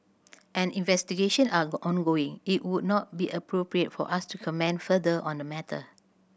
as investigation are ongoing it would not be appropriate for us to comment further on the matter